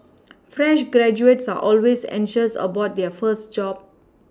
fresh graduates are always anxious about their first job